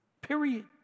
period